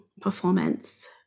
performance